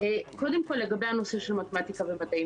קודם כל לגבי הנושא של מתמטיקה ומדעים